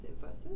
Versus